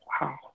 wow